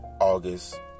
August